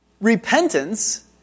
repentance